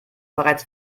bereits